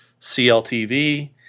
CLTV